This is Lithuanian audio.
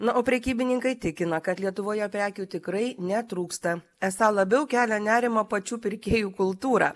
na o prekybininkai tikina kad lietuvoje prekių tikrai netrūksta esą labiau kelia nerimą pačių pirkėjų kultūra